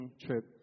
trip